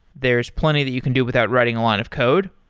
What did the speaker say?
there's plenty that you can do without writing a lot of code,